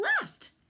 left